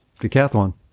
decathlon